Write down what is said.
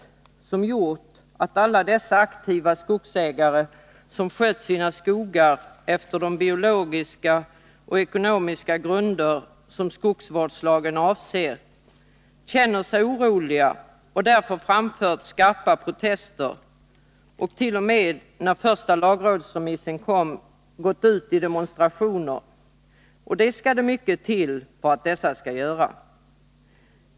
Det har gjort att alla aktiva skogsägare, som har skött sina skogar efter de biologiska och ekonomiska grunder som skogsvårdslagen avser, känner sig oroliga och därför har framfört skarpa protester. De har t.o.m., när den första lagrådsremissen kom, gått ut i demonstrationer. Och det skall mycket till för att dessa grupper skall göra det!